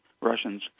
Russians